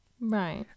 Right